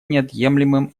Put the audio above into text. неотъемлемым